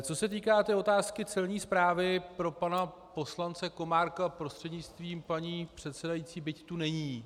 Co se týká otázky Celní správy pro pana poslance Komárka prostřednictvím paní předsedající, byť tu není.